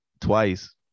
Twice